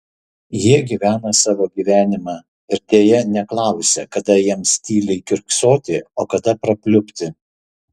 jie gyvena savo gyvenimą ir deja neklausia kada jiems tyliai kiurksoti o kada prapliupti